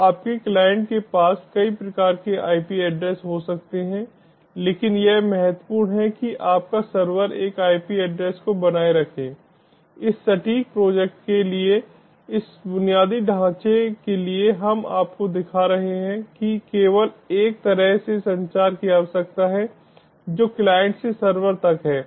तो आपके क्लाइंट के पास कई प्रकार के IP एड्रेस हो सकते हैं लेकिन यह महत्वपूर्ण है कि आपका सर्वर एक IP एड्रेस को बनाए रखे इस सटीक प्रोजैक्ट के लिए इस बुनियादी ढांचे के लिए हम आपको दिखा रहे हैं कि केवल एक तरह से संचार की आवश्यकता है जो क्लाइंट से सर्वर तक है